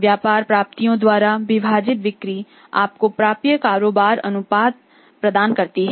व्यापार प्राप्तियों द्वारा विभाजित बिक्री आपको प्राप्य कारोबार अनुपात प्रदान करती है